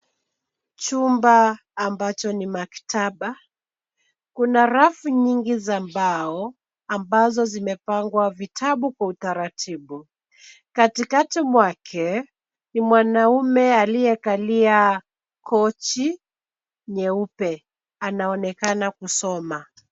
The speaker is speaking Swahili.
Chumba ambacho ni maktaba. Kuna rafu nyingi za mbao ambazo zimepangwa vitabu kwa utaratibu. Katikati mwake, ni mwanaume aliyekalia kochi nyeupe, anaonekana kusoma.